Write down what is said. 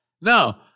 No